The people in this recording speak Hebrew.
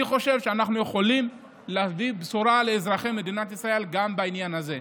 אני חושב שאנחנו יכולים להביא בשורה לאזרחי מדינת ישראל גם בעניין הזה.